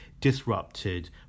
disrupted